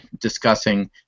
discussing